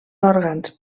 òrgans